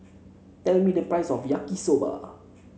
tell me the price of Yaki Soba